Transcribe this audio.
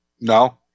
No